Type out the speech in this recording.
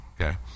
okay